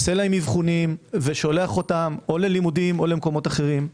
עושה להם אבחונים ושולח אותם או ללימודים או למקומות אחרים.